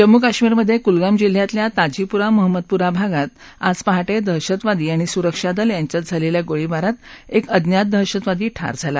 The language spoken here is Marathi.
जम्मू कश्मीरमधे कुलगाम जिल्ह्यातल्या ताज़ीपुरा मोहम्मदपुरा भागात आज पहा दहशतवादी आणि सुरक्षा दल यांच्यात झालेल्या गोळीबारात एक अज्ञात दहशतवादी ठार झाला